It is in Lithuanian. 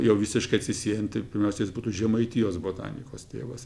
jau visiškai atsisiejant tai pirmiausia jis būtų žemaitijos botanikos tėvas